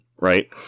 right